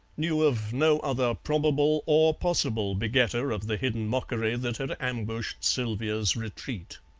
knew of no other probable or possible begetter of the hidden mockery that had ambushed sylvia's retreat.